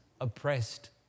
oppressed